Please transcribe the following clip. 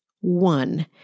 one